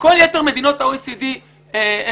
וכל יתר מדינות ה-OECD לפנינו.